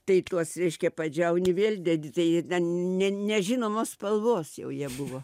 tai tuos reiškia padžiauni vėl dedi tai ne nežinomos spalvos jau jie buvo